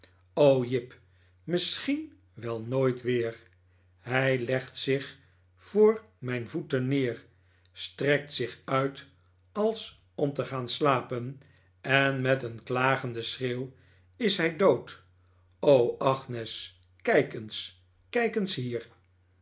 jip misschien wel nooit weer hij legt zich voor mijn voeten neer strekt zich uit als om te gaan slapen en met een klagenden schreeuw is hij dood o r agnes kijk eens kijk eens hier